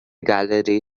gallery